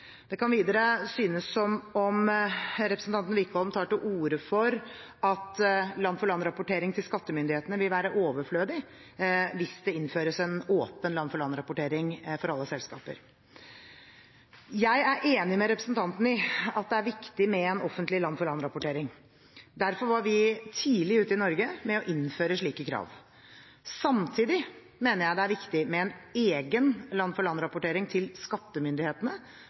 Det kan videre synes som om representanten Wickholm tar til orde for at land-for-land-rapportering til skattemyndighetene vil være overflødig hvis det innføres en åpen land-for-land-rapportering for alle selskaper. Jeg er enig med representanten i at det er viktig med en offentlig land-for-land-rapportering. Derfor var vi tidlig ute i Norge med å innføre slike krav. Samtidig mener jeg det er viktig med en egen land-for-land-rapportering til skattemyndighetene som følger opp OECDs forslag, og som skal ivareta skattemyndighetenes informasjonsbehov for